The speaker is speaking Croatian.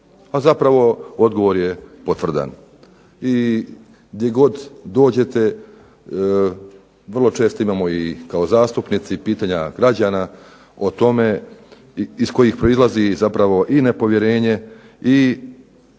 Pa zapravo odgovor je potvrdan i gdje god dođete vrlo često imamo i kao zastupnici pitanja građana o tome, iz kojih proizlazi zapravo i nepovjerenje i sumnje,